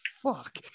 fuck